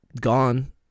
gone